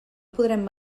podrem